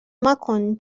مکن